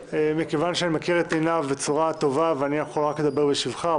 מכיוון שאני מכיר את עינב קאבלה היטב אני יכול לדבר בשבחה.